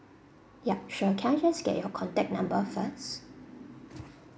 ya sure can I just get your contact number first